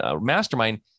Mastermind